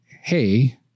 hey